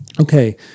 okay